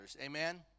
amen